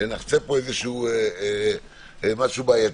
נחצה פה משהו בעייתי.